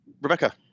Rebecca